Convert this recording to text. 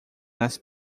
nas